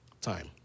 Time